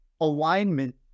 alignment